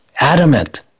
adamant